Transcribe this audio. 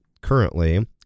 currently